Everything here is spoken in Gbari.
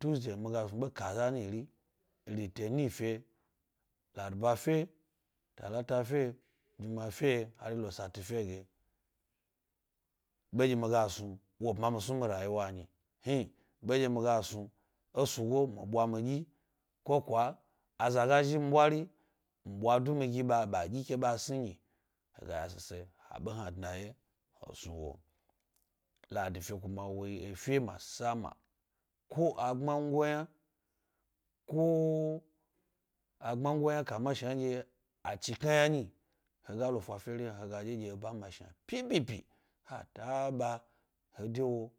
Tuesday mi ga snu ɓe kaza nyi du. Litini fe, larba fe, talata fe, inuma fe, lari lo sati fe ge. ɓe nɗye mi ga snu wo bma, mi snu e mi royiwa nyi hni, ɓenɗye mi ga snu esugo mi ɓwa midyi, ko kwa aza ga zhi mi bwari, mi bwa dumi gib a ba dyi ke bas nu nyi. He ga yashise ha be hna dnawye he snu wo. Ladi fe kuma woyide masama ko a gbmango yna kongbmango yna kamanɗye achikna yna nyi he ga lo fa ferihna he ga ɗye-ɗye eba mashna pipipi, ha taba hede wo,